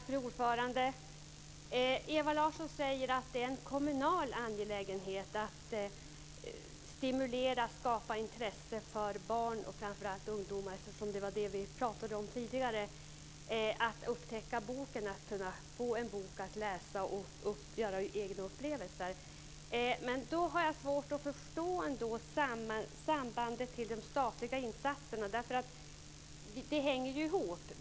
Fru talman! Ewa Larsson säger att det är en kommunal angelägenhet att stimulera och skapa intresse bland barn och ungdomar för boken, för att de ska upptäcka den och kunna få en bok att läsa och göra egna upplevelser. Jag har svårt att förstå sambandet med de statliga insatserna. Det hänger ju ihop.